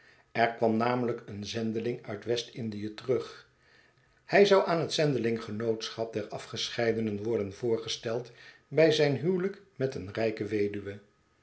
er kwam namelijk een zendeling uit west-indie terug hij zou aan het zendelinggenootschap der afgescheidenen worden voorgesteld bij zijn huwelijk met een rijke weduwe